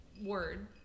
word